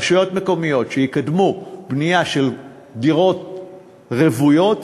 רשויות מקומיות שיקדמו בנייה של דירות רוויות,